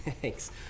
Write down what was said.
thanks